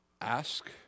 ask